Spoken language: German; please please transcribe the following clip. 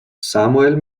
samuel